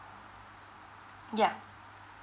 yeah